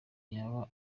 yaba